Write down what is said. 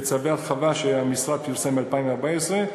בצווי הרחבה שפרסם המשרד ב-2014,